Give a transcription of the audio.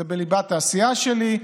זה בליבת העשייה שלי.